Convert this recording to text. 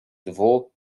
dwu